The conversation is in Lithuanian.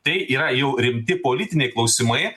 tai yra jau rimti politiniai klausimai